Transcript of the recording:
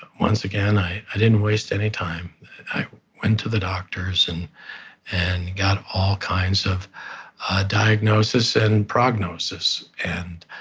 once again i i didn't waste any time. i went to the doctors and and got all kinds of ah diagnosis and and prognosis. and